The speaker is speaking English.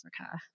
Africa